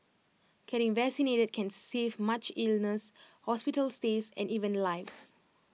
getting vaccinated can save much illness hospital stays and even lives